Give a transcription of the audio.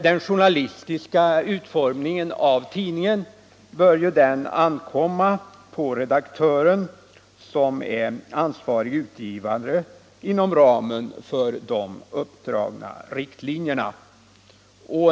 Den journalistiska utformningen av tidningen bör ankomma på redaktören, som är ansvarig utgivare inom ramen för de uppdragna riktlinjerna.